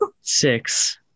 Six